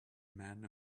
men